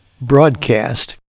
broadcast